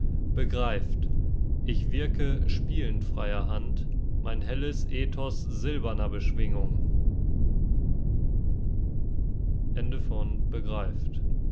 begreift ich wirke spielend freier hand mein helles ethos silberner beschwingung